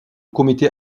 comité